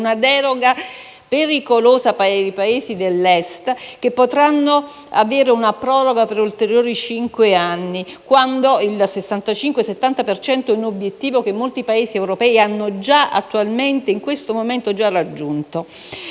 una deroga pericolosa per i Paesi dell'Est, che potranno avere una proroga di ulteriori cinque anni, quando il 65-70 per cento è un obiettivo che molti Paesi europei hanno già attualmente raggiunto.